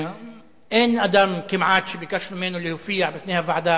אין כמעט אדם שביקשנו ממנו להופיע בפני הוועדה